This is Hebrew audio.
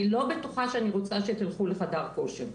אני לא בטוחה שאני רוצה שתלכו לחדר כושר.